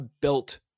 built